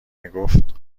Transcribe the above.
میگفت